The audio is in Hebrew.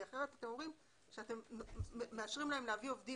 כי אחרת אתם אומרים שאתם מאשרים להם להביא עובדים